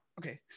okay